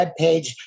webpage